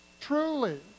truly